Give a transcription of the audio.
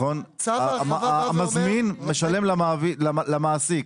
המזמין משלם למעסיק.